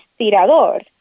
tirador